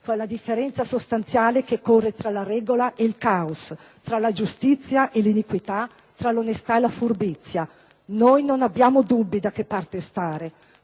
la differenza sostanziale che corre tra la regola e il caos, tra la giustizia e l'iniquità, tra l'onestà e la furbizia. Noi non abbiamo dubbi da che parte stare.